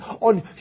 on